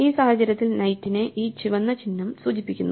ഈ സാഹചര്യത്തിൽ നൈറ്റിനെ ഈ ചുവന്ന ചിഹ്നം സൂചിപ്പിക്കുന്നു